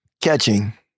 Catching